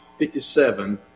57